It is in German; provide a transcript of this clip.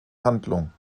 handlung